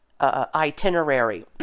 itinerary